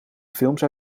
films